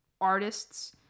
artists